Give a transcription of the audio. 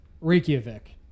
Reykjavik